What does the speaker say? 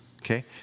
okay